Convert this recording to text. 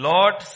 Lord